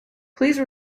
please